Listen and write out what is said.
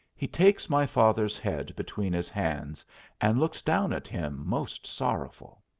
he takes my father's head between his hands and looks down at him most sorrowful.